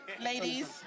Ladies